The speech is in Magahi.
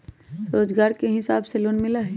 रोजगार के हिसाब से लोन मिलहई?